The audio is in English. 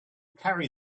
carry